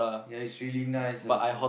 ya it's really nice ah bro